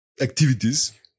activities